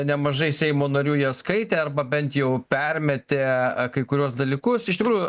nemažai seimo narių ją skaitė arba bent jau permetė kai kuriuos dalykus iš tikrųjų